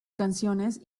canciones